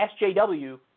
SJW